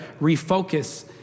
refocus